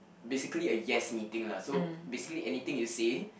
basically a yes meeting lah so basically anything you say